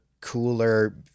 cooler